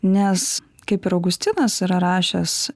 nes kaip ir augustinas yra rašęs